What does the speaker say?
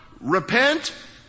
Repent